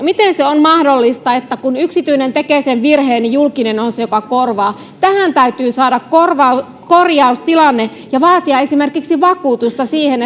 miten se on mahdollista että kun yksityinen tekee virheen niin julkinen on se joka korvaa tähän täytyy saada korjaustilanne ja vaatia esimerkiksi vakuutusta siihen